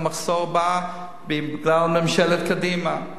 המחסור בא בגלל ממשלת קדימה,